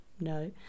no